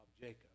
Jacob